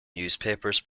newspapers